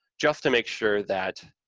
just to make sure that,